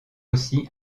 aussi